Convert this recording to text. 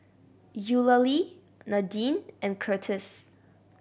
Eulalie Nadine and Curtis